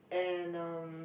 and um